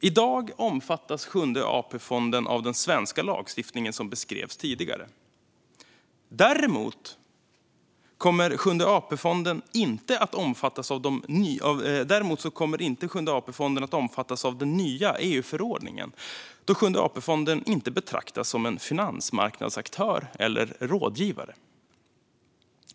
I dag omfattas Sjunde AP-fonden av den svenska lagstiftningen som beskrevs tidigare. Däremot kommer Sjunde AP-fonden inte att omfattas av den nya EU-förordningen då Sjunde AP-fonden inte betraktas som en finansmarknadsaktör eller rådgivare.